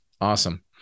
Awesome